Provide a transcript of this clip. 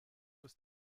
ist